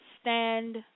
Stand